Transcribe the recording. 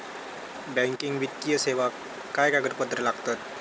Banking वित्तीय सेवाक काय कागदपत्र लागतत?